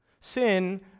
Sin